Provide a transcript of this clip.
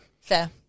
Fair